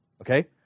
okay